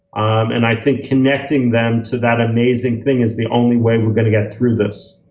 and i think connecting them to that amazing thing is the only way we're going to get through this.